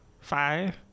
five